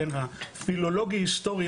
הפילולוגי היסטורי,